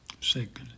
Second